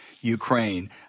Ukraine